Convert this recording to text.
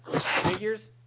figures